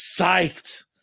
psyched